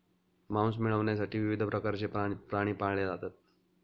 मांस मिळविण्यासाठी विविध प्रकारचे प्राणी पाळले जातात